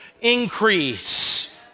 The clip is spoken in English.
increase